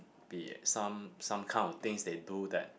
be some some kind of things they do that